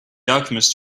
alchemist